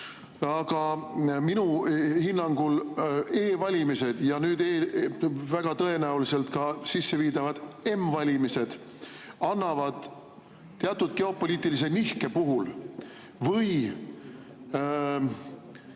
Aga minu hinnangul e‑valimised ja nüüd ka väga tõenäoliselt sisseviidavad m‑valimised annavad teatud geopoliitilise nihke puhul või